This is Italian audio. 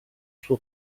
suo